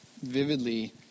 vividly